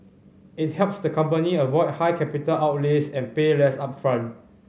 it helps the company avoid high capital outlays and pay less upfront